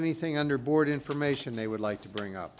anything under board information they would like to bring up